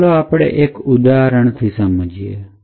તો ચાલો આપણે એક ઉદાહરણ થી સમજીએ